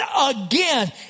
again